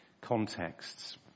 contexts